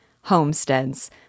homesteads